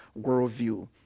worldview